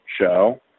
show